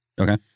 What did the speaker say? Okay